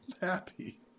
happy